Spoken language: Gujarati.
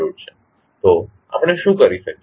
તો આપણે શું કરી શકીએ